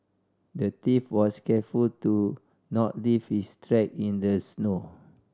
the thief was careful to not leave his track in the snow